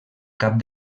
cap